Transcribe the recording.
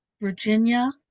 Virginia